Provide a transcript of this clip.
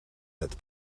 met